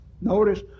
Notice